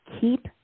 Keep